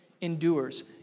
endures